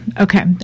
okay